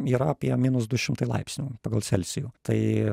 yra apie minus du šimtai laipsnių pagal celsijų tai